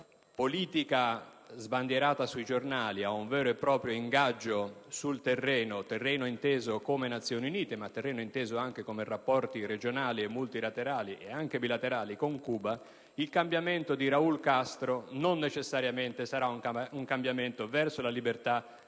politica sbandierata sui giornali ad un vero e proprio ingaggio sul terreno, inteso come Nazioni Unite, ma anche come rapporti regionali, multilaterali e anche bilaterali con Cuba - il cambiamento di Raul Castro non necessariamente vada verso la libertà